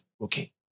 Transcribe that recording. Okay